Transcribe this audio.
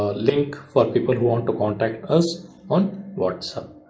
ah link for people who want to contact us on what's up?